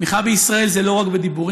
תמיכה בישראל זה לא רק בדיבורים.